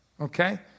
Okay